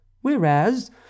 Whereas